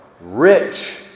rich